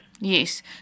Yes